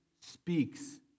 speaks